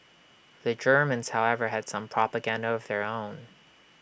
the Germans however had some propaganda of their own